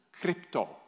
crypto